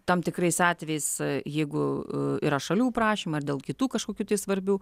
tam tikrais atvejais jeigu yra šalių prašymai ar dėl kitų kažkokių tai svarbių